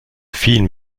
film